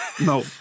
no